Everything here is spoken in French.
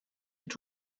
est